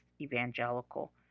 evangelical